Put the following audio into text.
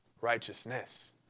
righteousness